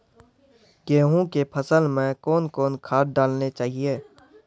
गेहूँ के फसल मे कौन कौन खाद डालने चाहिए?